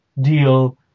deal